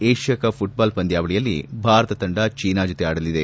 Asia cup football ಪಂದ್ಯಾವಳಿಯಲ್ಲಿ ಭಾರತ ತಂಡ ಚೀನಾ ಜೊತೆ ಆಟವಾಡಲಿದೆ